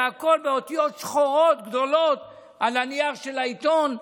והכול באותיות שחורות גדולות על הנייר של העיתון.